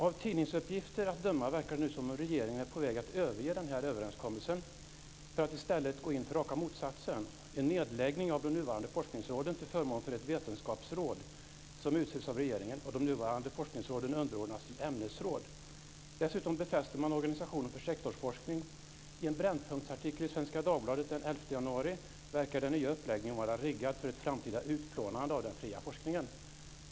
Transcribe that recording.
Av tidningsuppgifter att döma verkar det nu som att regeringen är på väg att överge denna överenskommelse för att i stället gå in för den raka motsatsen, en nedläggning av de nuvarande forskningsråden till förmån för ett vetenskapsråd som utses av regeringen. De nuvarande forskningsråden underordnas ämnesråd. Dessutom befäster man organisationen för sektorsforskning. I en artikel under Brännpunkt i Svenska Dagbladet den 11 januari verkar den nya uppläggningen vara riggad för ett framtida utplånande av den fria forskningen.